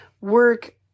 work